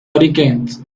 hurricanes